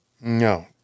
No